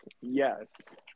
Yes